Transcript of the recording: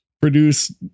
produce